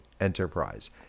enterprise